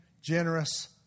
generous